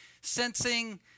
sensing